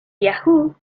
yahoo